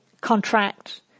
contract